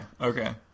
okay